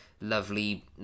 Lovely